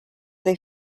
they